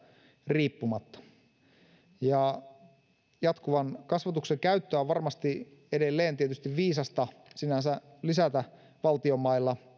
riippumatta jatkuvan kasvatuksen käyttöä on varmasti edelleen tietysti viisasta sinänsä lisätä valtion mailla